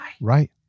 Right